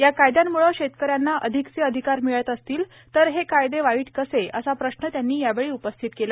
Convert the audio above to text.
या कायद्यांमुळे शेतकऱ्यांना अधिकचे अधिकार मिळत असतील तर हे कायदे वाईट कसे असा प्रश्न त्यांनी उपस्थित केला